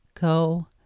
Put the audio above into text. go